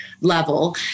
level